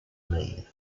medida